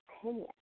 opinion